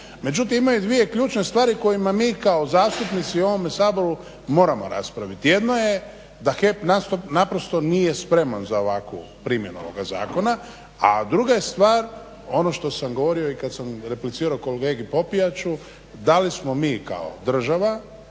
Međutim ima dvije ključne stvari kojima mi kao zastupnici u ovome Saboru moramo raspraviti. Jedno je da HEP nije spreman za ovakvu primjenu ovoga zakona, a druga je stvar ono što sam govorio i kada sam replicirao kolegi Popijaču da li smo mi kao država